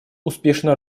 успешно